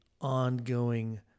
ongoing